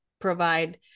provide